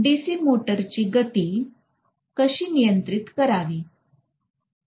DC मोटरची गती कशी नियंत्रित करावी